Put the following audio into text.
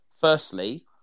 Firstly